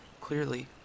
Clearly